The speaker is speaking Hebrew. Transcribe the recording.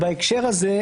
14:27) בהקשר הזה,